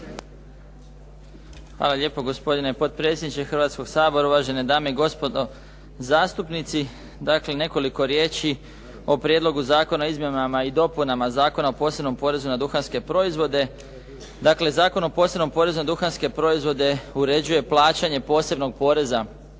Hvala lijepo gospodine potpredsjedniče Hrvatskog sabora, uvažene dame i gospodo zastupnici. Dakle, nekoliko riječi o Prijedlogu zakona o izmjenama i dopunama Zakona o posebnom porezu na duhanske proizvode. Dakle, Zakon o posebnom porezu na duhanske proizvode uređuje plaćanje posebnog poreza